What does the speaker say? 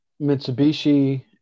Mitsubishi